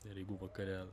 ir jeigu vakare